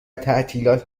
تعطیلات